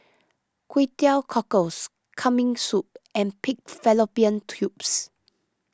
Kway Teow Cockles Kambing Soup and Pig Fallopian Tubes